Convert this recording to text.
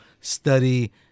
study